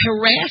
harass